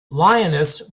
lioness